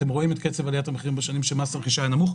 אתם רואים את קצב עליית המחירים בשנים שבהן מס הרכישה היה נמוך.